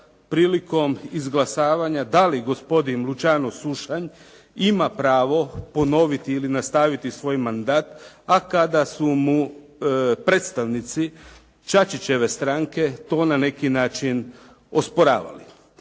prilikom izglasavanja da li gospodin Luciano Sušanj ima pravo ponoviti ili nastaviti svoj mandat, a kada su mu predstavnici Čačićeve stranke to na neki način osporavali.